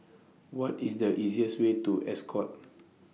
What IS The easiest Way to Ascot